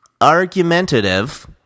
argumentative